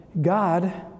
God